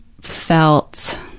felt